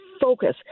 focus